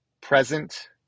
present